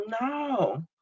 No